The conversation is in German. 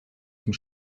zum